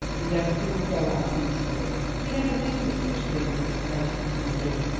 and everything will go on peacefully. we never think of such a thing as dictating to marie,